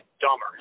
dumber